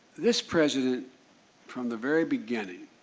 this president from the very beginning,